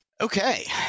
Okay